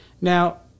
Now